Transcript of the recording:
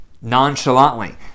nonchalantly